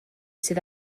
sydd